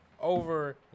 over